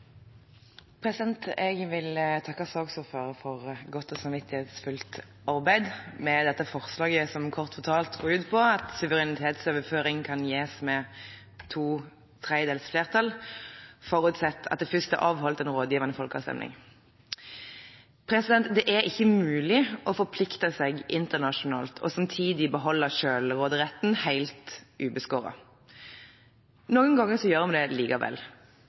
Jeg vil takke saksordføreren for et godt og samvittighetsfullt arbeid med dette forslaget, som kort fortalt går ut på at suverenitetsoverføring kan gis med to tredjedels flertall, forutsatt at det først er avholdt en rådgivende folkeavstemning. Det er ikke mulig å forplikte seg internasjonalt og samtidig beholde selvråderetten helt ubeskåret. Noen ganger gjør vi det likevel.